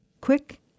quick